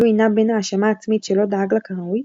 לואי נע בין האשמה עצמית שלא דאג לה כראוי,